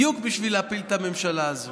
בדיוק בשביל להפיל את הממשלה הזאת.